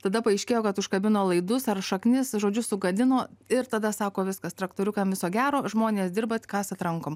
tada paaiškėjo kad užkabino laidus ar šaknis žodžiu sugadino ir tada sako viskas traktoriukam viso gero žmonės dirba kasat rankom